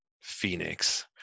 Phoenix